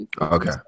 okay